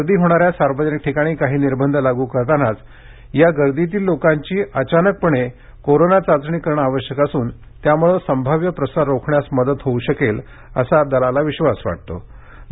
गर्दी होणाऱ्या सार्वजनिक ठिकाणी काही निर्बंध लागू करतानाच या गर्दीतील लोकांची अचानकपणे कोरोना चाचणी करणे आवश्यक असून त्यामुळं संभाव्य प्रसार रोखण्यास मदत होऊ शकेल असा विश्वास व्यक्त करण्यात आला आहे